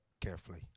carefully